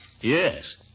Yes